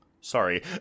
sorry